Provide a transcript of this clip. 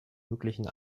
möglichen